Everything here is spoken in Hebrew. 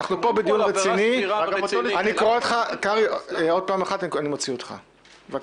פעולה תוך כדי ניגוד עניינים יכולה כמובן בנסיבות חמורות גם